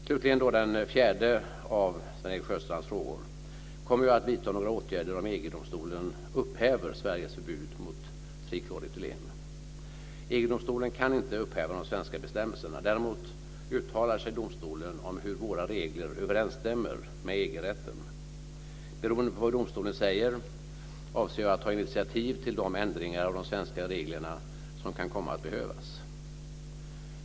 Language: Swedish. Slutligen den fjärde av Sven-Erik Sjöstrands frågor: Kommer jag att vidta några åtgärder om EG domstolen upphäver Sveriges förbud mot trikloretylen? EG-domstolen kan inte upphäva de svenska bestämmelserna. Däremot uttalar sig domstolen om hur våra regler överensstämmer med EG-rätten. Beroende på vad domstolen säger, avser jag att ta initiativ till de ändringar av de svenska reglerna som kan komma att behövas.